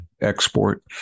export